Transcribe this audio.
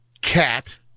cat